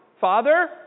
Father